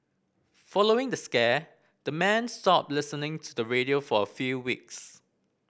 following the scare the men stopped listening to the radio for a few weeks